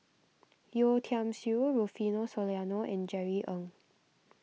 Yeo Tiam Siew Rufino Soliano and Jerry Ng